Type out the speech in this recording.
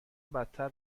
بدتر